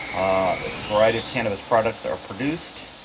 variety of cannabis products are produced.